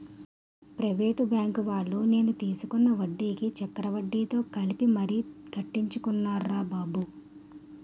private బాంకువాళ్ళు నేను తీసుకున్న వడ్డీకి చక్రవడ్డీతో కలిపి మరీ కట్టించుకున్నారురా బాబు